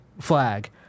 flag